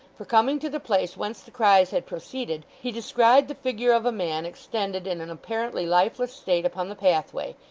for, coming to the place whence the cries had proceeded, he descried the figure of a man extended in an apparently lifeless state upon the pathway,